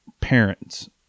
parents